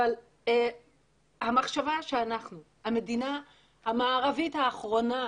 אבל המחשבה שאנחנו, המדינה המערבית האחרונה,